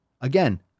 again